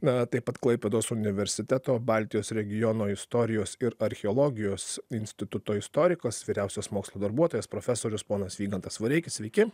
na taip pat klaipėdos universiteto baltijos regiono istorijos ir archeologijos instituto istorikas vyriausias mokslo darbuotojas profesorius ponas vygantas vareikis sveiki